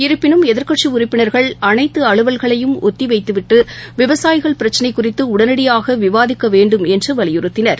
இருப்பினும் எதிர்கட்சிடறுப்பினர்கள் அனைத்துஅலுவல்களையும் ஒத்திவைத்துவிட்டுவிவசாயிகள் பிரச்சினைகுறித்துஉடனடியாகவிவாதிக்கவேண்டும் என்றுவலியுறுத்தினர்